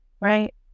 Right